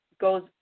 goes